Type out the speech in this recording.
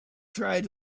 tried